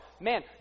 man